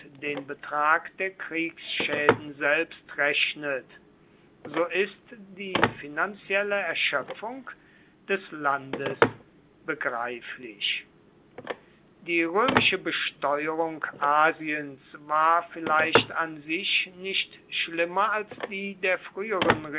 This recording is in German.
den betrag der kriegsschäden selbst rechnet so ist die finanzielle erschöpfung des landes begreiflich die römische besteuerung asiens war vielleicht an sich nicht schlimmer als die der früheren